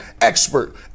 expert